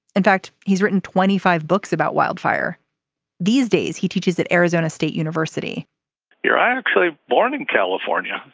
in fact he's written twenty five books about wildfire these days. he teaches at arizona state university here i actually born in california.